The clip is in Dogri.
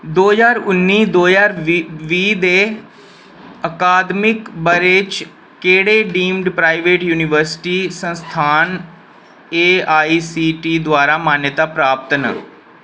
दो ज्हार उन्नी दो ज्हार बीह् दे अकादमिक ब'रे च केह्ड़े डीम्ड प्राइवेट यूनिवर्सिटी संस्थान एआईसीटी द्वारा मान्यता प्राप्त न